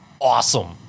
awesome